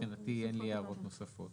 מבחינתי אין לי הערות נוספות.